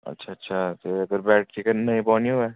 अच्छा अच्छा ते अगर बैटरी अगर नमीं पोआनी होऐ